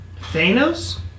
Thanos